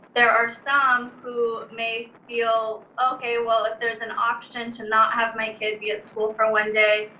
there are some who may feel okay, well, if there's an option to not have my kid be at school for one day,